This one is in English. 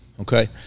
okay